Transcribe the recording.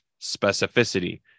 specificity